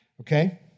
Okay